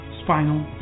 spinal